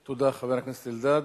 תודה, חבר הכנסת אלדד.